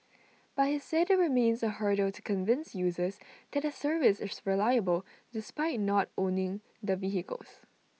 but he said IT remains A hurdle to convince users that the service is reliable despite not owning the vehicles